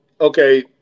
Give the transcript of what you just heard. okay